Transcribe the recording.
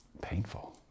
painful